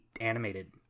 animated